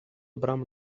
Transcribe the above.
bram